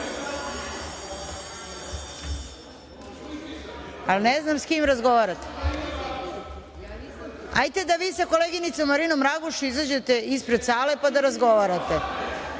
ali ne znam s kim razgovarate. Hajde da vi sa koleginicom Marinom Raguš izađete ispred sale, pa da razgovarate. Mi